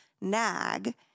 nag